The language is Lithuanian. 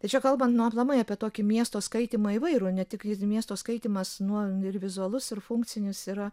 tai čia kalbant nu aplamai apie tokį miesto skaitymai įvairų ne tik miesto skaitymas nuo ir vizualus ir funkcinis yra